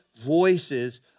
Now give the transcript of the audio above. voices